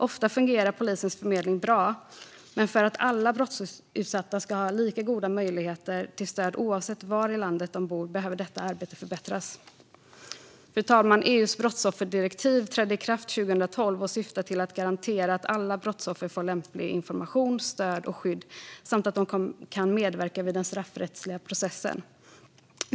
Ofta fungerar polisens förmedling bra, men för att alla brottsutsatta ska ha lika goda möjligheter till stöd oavsett var i landet de bor behöver detta arbete förbättras. Fru talman! EU:s brottsofferdirektiv trädde i kraft 2012 och syftar till att garantera att alla brottsoffer får lämplig information, stöd och skydd samt att de kan medverka vid den straffrättsliga processen.